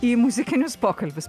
į muzikinius pokalbius